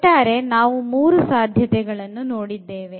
ಒಟ್ಟಾರೆ ನಾವು ಮೂರು ಸಾಧ್ಯತೆಗಳನ್ನು ನೋಡಿದ್ದೇವೆ